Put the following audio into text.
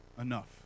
enough